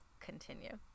continue